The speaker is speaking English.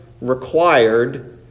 required